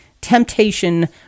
temptation